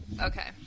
Okay